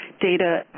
data